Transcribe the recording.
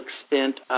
extent